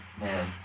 man